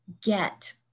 get